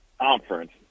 Conference